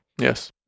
Yes